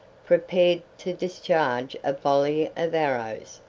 prepared to discharge a volley of arrows,